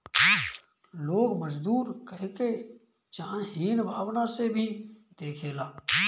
लोग मजदूर कहके चाहे हीन भावना से भी देखेला